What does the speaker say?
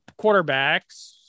quarterbacks